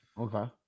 okay